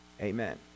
Amen